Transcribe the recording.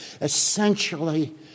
Essentially